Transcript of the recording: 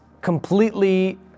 completely